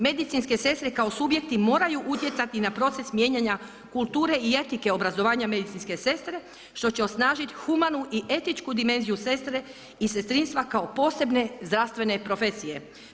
Medicinske sestre kao subjekti kao subjekti moraju utjecati na proces mijenjanja kulture i etike obrazovanja medicinske sestre što se osnažiti humanu i etičku dimenziju sestre i sestrinstva kao posebne zdravstvene profesije.